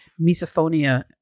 Misophonia